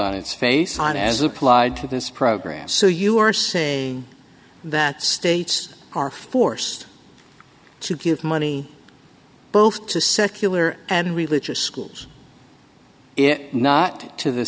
on its face on as applied to this program so you are say that states are forced to give money both to secular and religious schools it not to the